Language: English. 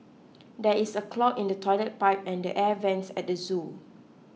there is a clog in the Toilet Pipe and the Air Vents at the zoo